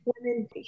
Women